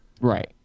Right